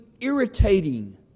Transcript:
irritating